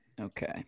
okay